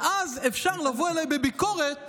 ואז אפשר לבוא אליי בביקורת